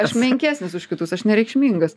aš menkesnis už kitus aš nereikšmingas